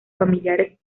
familiares